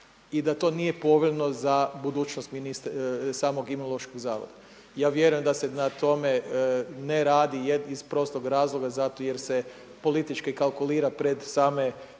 i da to nije povoljno za budućnost samog Imunološkog zavoda. Ja vjerujem da se na tome ne radi iz prostog razloga zato jer se politički kalkulira pred same